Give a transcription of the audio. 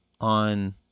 on